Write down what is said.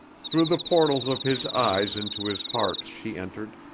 through the portals of his eyes into his heart she entered,